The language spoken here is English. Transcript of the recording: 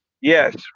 Yes